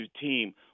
team